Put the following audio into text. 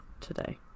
today